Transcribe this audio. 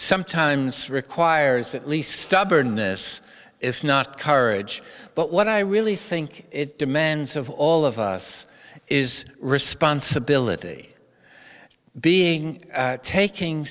sometimes requires at least stubbornness if not courage but what i really think it demands of all of us is responsibility being taking